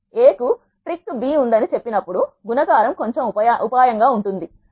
A కు trick B ఉందని చెప్పినప్పుడు గుణకారం కొంచెం ఉపాయంగా ఉంటుంది